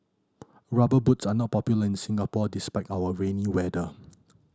Rubber Boots are not popular in Singapore despite our rainy weather